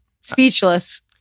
speechless